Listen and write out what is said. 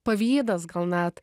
pavydas gal net